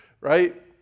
right